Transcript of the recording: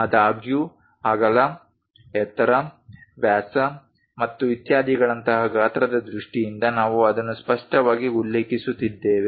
ಆದಾಗ್ಯೂ ಅಗಲ ಎತ್ತರ ವ್ಯಾಸ ಮತ್ತು ಇತ್ಯಾದಿಗಳಂತಹ ಗಾತ್ರದ ದೃಷ್ಟಿಯಿಂದ ನಾವು ಅದನ್ನು ಸ್ಪಷ್ಟವಾಗಿ ಉಲ್ಲೇಖಿಸುತ್ತಿದ್ದೇವೆ